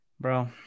Bro